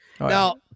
Now